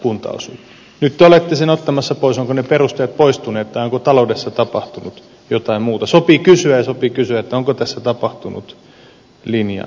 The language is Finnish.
nyt te olette sen ottamassa pois ovatko ne perusteet poistuneet tai onko taloudessa tapahtunut jotain muuta sopii kysyä ja sopii kysyä onko tässä tapahtunut linjanmuutos